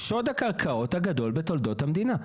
"שוד הקרקעות הגדול בתולדות המדינה".